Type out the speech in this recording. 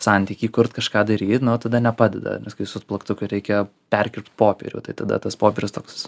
santykį kurt kažką daryt nu tada nepadeda nes kai su plaktuku reikia perkirpt popierių tai tada tas popierius toks